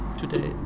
today